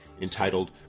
entitled